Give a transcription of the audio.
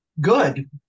good